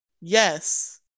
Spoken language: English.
Yes